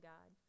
God